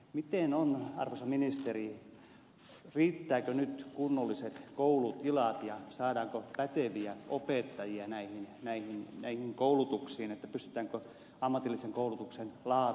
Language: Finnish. miten on arvoisa ministeri riittävätkö nyt kunnolliset koulutilat ja saadaanko päteviä opettajia näihin koulutuksiin että pystytäänkö ammatillisen koulutuksen laatu tässä turvaamaan